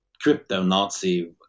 crypto-Nazi